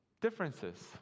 differences